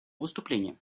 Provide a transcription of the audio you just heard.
выступление